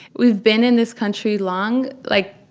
we've been in this country long like,